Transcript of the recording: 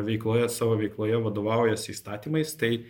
veikloje savo veikloje vadovaujasi įstatymais tai